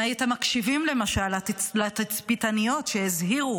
אם הייתם מקשיבים, למשל, לתצפיתניות שהזהירו